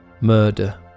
Murder